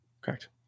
Correct